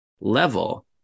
level